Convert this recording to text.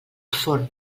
forn